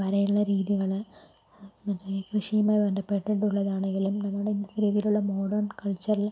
വരയിലെ രീതികൾ അതുപോലെ കൃഷിയുമായി ബന്ധപ്പെട്ടിട്ടുള്ളതാണെങ്കിലും നമ്മുടെ ഇന്നത്തെ രീതിലുള്ള മോഡേൺ കൾച്ചറിൽ